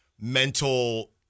mental